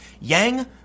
Yang